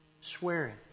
swearing